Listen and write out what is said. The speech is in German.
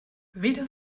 weder